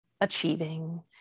achieving